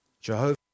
Jehovah